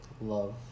love